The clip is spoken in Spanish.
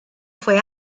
fue